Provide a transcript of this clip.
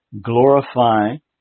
Glorifying